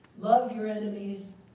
love your enemies.